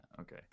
Okay